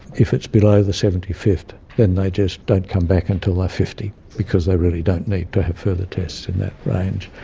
if it's below the seventy fifth, then they just don't come back until they are fifty, because they really don't need to have further tests in that range.